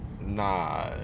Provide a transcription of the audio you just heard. Nah